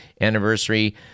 anniversary